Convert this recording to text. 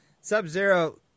Sub-Zero